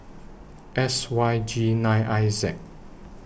S Y G nine I Z